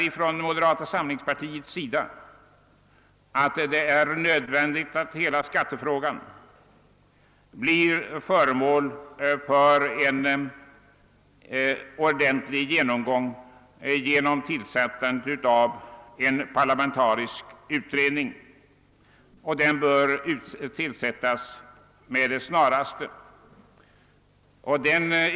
I moderata samlingspartiet menar vi också att det är nödvändigt att ordentligt gå igenom hela skattefrågan, vilket bör ske genom tillsättandet av en parlamentarisk utredning, som bör komma till stånd med det snaraste.